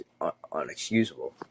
unexcusable